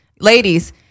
Ladies